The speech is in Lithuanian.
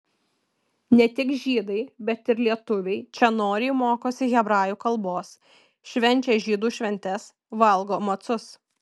ne tik žydai bet ir lietuviai čia noriai mokosi hebrajų kalbos švenčia žydų šventes valgo macus